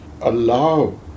allow